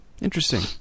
Interesting